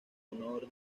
honor